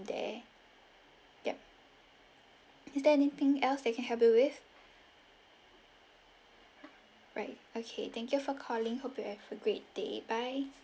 there yup is there anything else that I can help you with right okay thank you for calling hope you have a great day bye